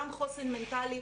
גם חוסן מנטלי.